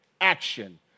action